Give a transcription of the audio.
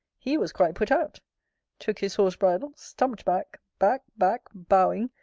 he was quite put out took his horse-bridle, stumped back, back, back, bowing,